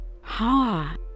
Ha